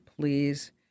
please